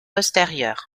postérieurs